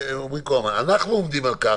אנחנו עומדים על כך